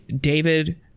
david